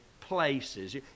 places